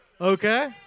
Okay